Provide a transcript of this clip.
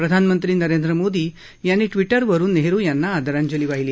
प्रधानमंत्री नरेंद्र मोदी यांनी ट्विटरवरुन पंडित नेहरु यांना आदरांजली वाहिली